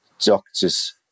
doctors